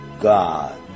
God